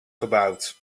gebouwd